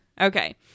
Okay